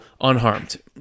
unharmed